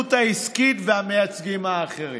הנשיאות העסקית והמייצגים האחרים.